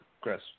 Chris